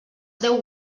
deu